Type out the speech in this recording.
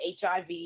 HIV